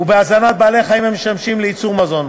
ולהזנת בעלי-חיים המשמשים לייצור מזון.